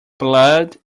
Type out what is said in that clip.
blood